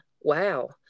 Wow